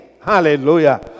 Hallelujah